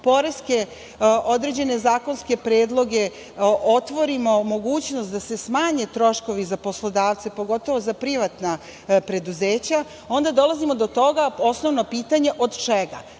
poreske određene zakonske predloge, otvorimo mogućnost da se smanje troškovi za poslodavca, pogotovo za privatna preduzeća, onda dolazimo do toga, osnovna pitanja od